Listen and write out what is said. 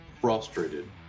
frustrated